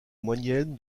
moyenne